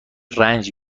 رنج